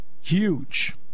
huge